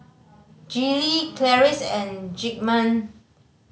Gillie Clarice and Zigmund